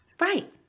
Right